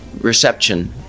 reception